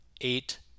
eight